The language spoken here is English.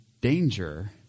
danger